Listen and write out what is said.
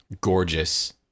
gorgeous